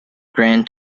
gran